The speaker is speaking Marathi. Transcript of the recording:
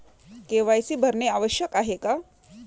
के.वाय.सी भरणे आवश्यक आहे का?